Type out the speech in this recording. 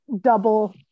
double